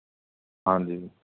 ਹਾਂਜੀ